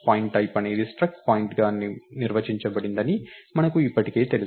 point type అనేది struct పాయింట్గా నిర్వచించబడిందని మనకు ఇప్పటికే తెలుసు